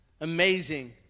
Amazing